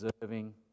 deserving